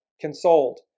Consoled